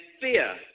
fear